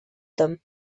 them